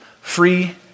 free